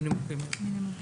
מנימוקים מיוחדים.